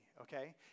okay